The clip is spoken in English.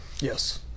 Yes